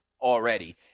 already